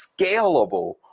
scalable